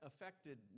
affected